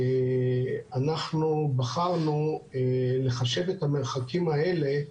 אנחנו בחרנו לחשב את המרחקים האלה,